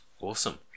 Awesome